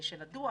של הדוח